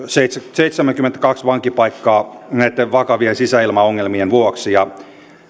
seitsemänkymmentäkaksi vankipaikkaa näitten vakavien sisäilmaongelmien vuoksi ja